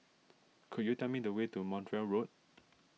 could you tell me the way to Montreal Road